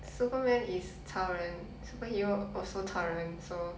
superman is 超人 superhero also 超人 so